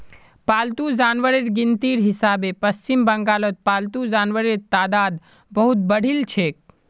पालतू जानवरेर गिनतीर हिसाबे पश्चिम बंगालत पालतू जानवरेर तादाद बहुत बढ़िलछेक